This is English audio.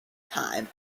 time